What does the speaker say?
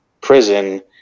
prison